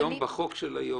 בחוק היום.